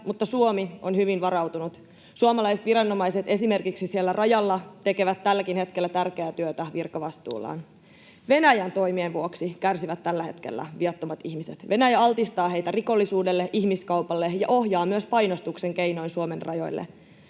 mutta Suomi on hyvin varautunut. Suomalaiset viranomaiset esimerkiksi siellä rajalla tekevät tälläkin hetkellä tärkeää työtä virkavastuullaan. Venäjän toimien vuoksi kärsivät tällä hetkellä viattomat ihmiset. Venäjä altistaa heitä rikollisuudelle, ihmiskaupalle ja ohjaa heitä myös painostuksen keinoin Suomen rajoille.